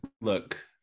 look